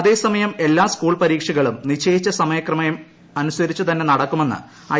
അതേസമയം എല്ലാ സ്കൂൾ പരീക്ഷകളും നിശ്ചയിച്ച സമയക്രമം അനുസരിച്ച് തന്നെ നടക്കുമെന്ന് ഐ